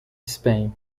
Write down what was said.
spain